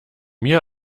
mir